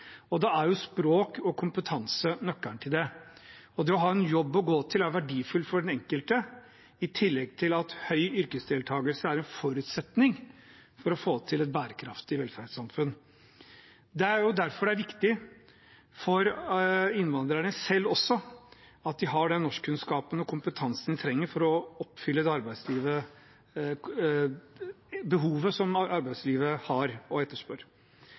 er jo språk og kompetanse nøkkelen. Det å ha en jobb å gå til er verdifullt for den enkelte, i tillegg er høy yrkesdeltakelse en forutsetning for å få til et bærekraftig velferdssamfunn. Det er derfor viktig for innvandrerne selv at de har den norskkunnskapen og kompetansen de trenger for å fylle det behovet som arbeidslivet har og etterspør.